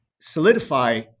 solidify